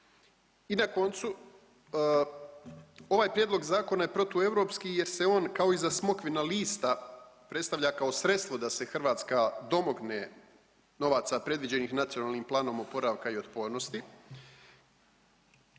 I na koncu, ovaj prijedlog zakona je protueuropski jer se on kao iza smokvina lista predstavlja kao sredstvo da se Hrvatska domogne novaca predviđenih NPOO-om, plan, plana koji